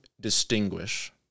distinguish